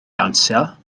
dawnsio